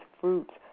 fruits